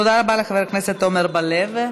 תודה רבה לחבר הכנסת עמר בר-לב.